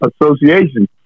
association